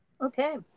Okay